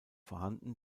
vorhanden